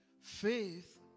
Faith